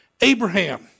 Abraham